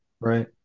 Right